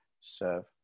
serve